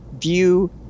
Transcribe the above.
view